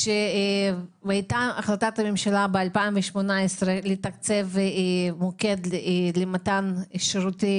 הייתה החלטת ממשלה ב-2018 לתקצב מוקד למתן שירותי